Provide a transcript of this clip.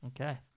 Okay